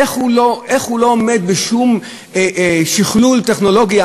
איך הוא לא עומד בשום שכלול טכנולוגי,